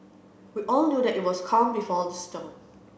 we all knew that it was calm before the storm